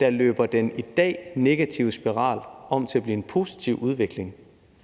der får den i dag negative spiral til at blive en positiv udvikling,